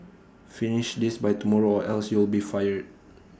finish this by tomorrow or else you'll be fired